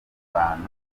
bantu